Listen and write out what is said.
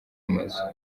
amazu